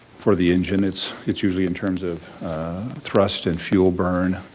for the engine it's it's usually in terms of thrust and fuel burn,